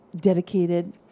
dedicated